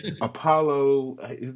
Apollo